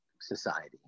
society